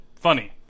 funny